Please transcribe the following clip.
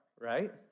right